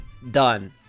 done